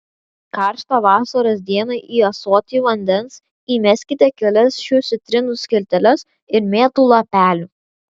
karštą vasaros dieną į ąsotį vandens įmeskite kelias šių citrinų skilteles ir mėtų lapelių